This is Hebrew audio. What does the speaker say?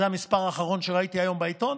זה המספר האחרון שראיתי היום בעיתון,